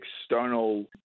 external